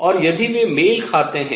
और यदि वे मेल खाते हैं